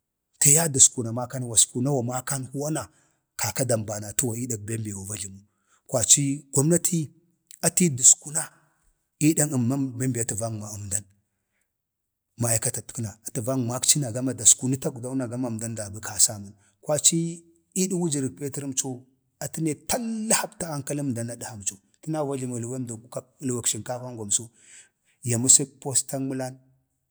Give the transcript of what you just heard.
﻿teeyaye dəskuna makan na waskunawa makan huwa na kaka dambanatuwa ii dag bem be wa va jləmu. kwaci gomnati atə yi atə dəskunem dan maaikatatkəla, atə van magci na gama daskunə tagwdaw na ga madan dadgwə kasamən. kwaci ii dəg wujərən pətərəmco atə ne talla da hapta ankalən əmdan adhamco əna wajləmə əlwan duwo əlweg sənkafan gwamso ya məsək postan məlan,